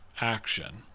action